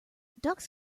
ducks